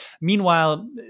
Meanwhile